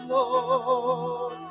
Lord